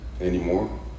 anymore